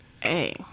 Hey